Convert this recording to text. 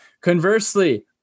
Conversely